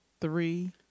Three